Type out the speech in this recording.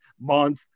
month